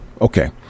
Okay